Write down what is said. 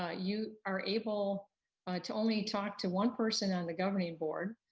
ah you are able to only talk to one person on the governing board.